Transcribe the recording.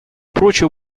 прочего